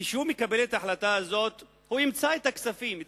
שכשהוא מקבל את ההחלטה הזאת הוא ימצא את התקציבים,